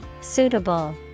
Suitable